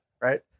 Right